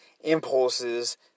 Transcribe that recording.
impulses